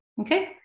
Okay